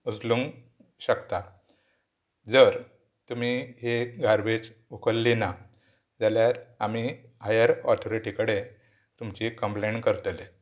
उचलूंक शकता जर तुमी ही गार्बेज उखल्ली ना जाल्यार आमी हायर ऑथोरिटी कडेन तुमची कंप्लेन करतले